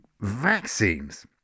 vaccines